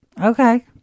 Okay